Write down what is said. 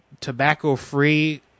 tobacco-free